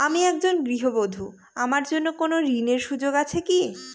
আমি একজন গৃহবধূ আমার জন্য কোন ঋণের সুযোগ আছে কি?